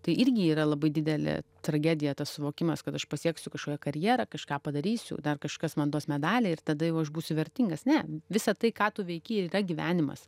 tai irgi yra labai didelė tragedija tas suvokimas kad aš pasieksiu kažkokią karjerą kažką padarysiu dar kažkas man duos medalį ir tada jau aš būsiu vertingas ne visa tai ką tu veiki ir yra gyvenimas